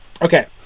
Okay